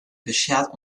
beschert